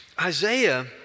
Isaiah